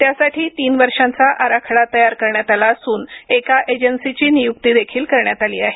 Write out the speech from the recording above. त्यासाठी तीन वर्षांचा आराखडा तयार करण्यात आला असून एका एजन्सीची नियुक्ती देखील करण्यात आली आहे